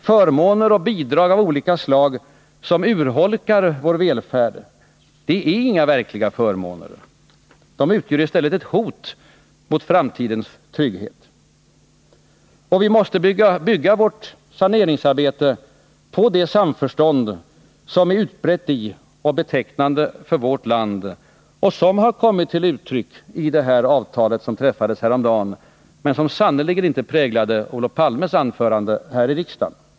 Förmåner och bidrag av olika slag, som urholkar vår välfärd, är inga verkliga förmåner. De utgör i stället ett hot mot framtidens trygghet. Och vi måste bygga vårt saneringsarbete på det samförstånd som är utbrett i och betecknande för vårt land och som har kommit till uttryck i det avtal som träffades häromdagen men som sannerligen inte präglade Olof Palmes anförande här i riksdagen.